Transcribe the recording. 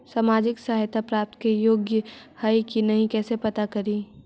सामाजिक सहायता प्राप्त के योग्य हई कि नहीं कैसे पता करी?